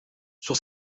sur